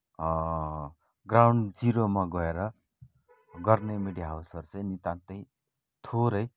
ground जिरोमा गएर गर्ने मिडिया हाउसहरू चाहिँ नितान्तै थोरै